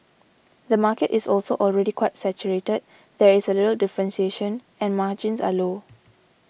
the market is also already quite saturated there is a little differentiation and margins are low